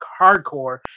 hardcore